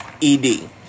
E-D